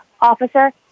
officer